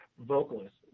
vocalist